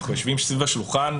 אנחנו יושבים סביב השולחן.